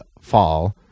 fall